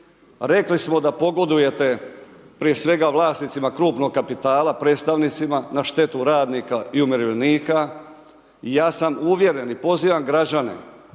Rekli smo da pogodujete prije svega vlasnicima krupnog kapitala, predstavnicima na štetu radnika i umirovljenika. I ja sam uvjeren i pozivam građane